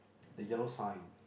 the yellow sign